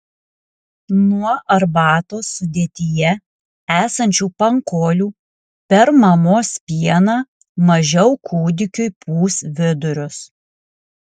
nuo arbatos sudėtyje esančių pankolių per mamos pieną mažiau kūdikiui pūs vidurius